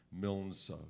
Milne's